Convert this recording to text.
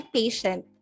patient